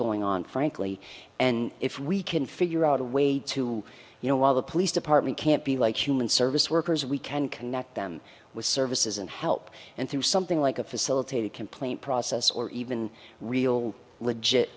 going on frankly and if we can figure out a way to you know while the police department can't be like human service workers we can connect them with services and help and through something like a facilitated complaint process or even real legit